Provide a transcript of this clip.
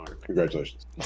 congratulations